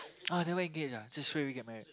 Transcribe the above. ah never engaged ah just straightaway get married